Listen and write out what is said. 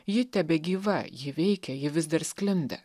ji tebegyva ji veikia ji vis dar sklinda